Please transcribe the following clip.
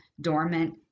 dormant